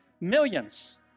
millions